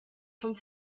vom